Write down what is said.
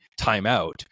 timeout